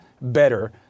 better